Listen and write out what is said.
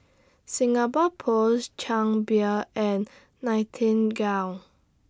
Singapore Post Chang Beer and Nightingale